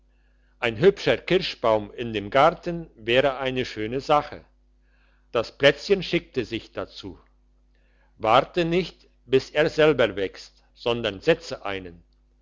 ein hübscher kirschenbaum in dem garten wäre eine schöne sache das plätzchen schickte sich dazu warte nicht bis er selber wächst sondern setze einen